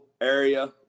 area